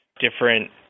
different